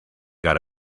got